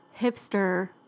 hipster